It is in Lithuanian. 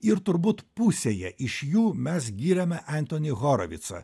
ir turbūt pusėje iš jų mes gyrėme entonį horovicą